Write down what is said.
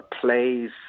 plays